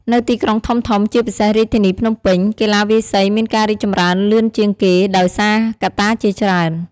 នៅទីក្រុងធំៗ ជាពិសេសរាជធានីភ្នំពេញ កីឡាវាយសីមានការរីកចម្រើនលឿនជាងគេ ដោយសារកត្តាជាច្រើន។